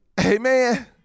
amen